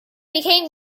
became